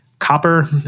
Copper